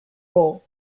row